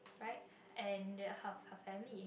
right and her her family